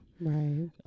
Right